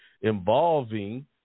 involving